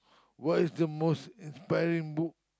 what is the most inspiring book